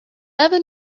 ever